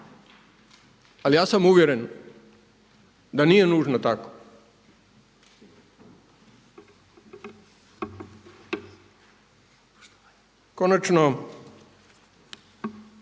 ali ja sam uvjeren da nije nužno tako. Konačno,